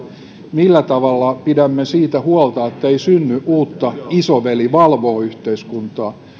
millä tavalla pidämme siitä huolta ettei synny uutta isoveli valvoo yhteiskuntaa